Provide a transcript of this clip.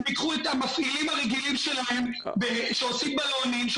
הם ייקחו את המפעילים הרגילים שלהם שעושים בלונים.